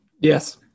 Yes